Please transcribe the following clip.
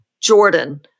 Jordan